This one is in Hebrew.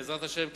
בעזרת השם,